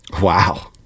Wow